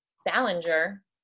Salinger